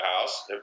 House